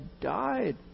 died